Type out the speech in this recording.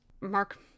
Mark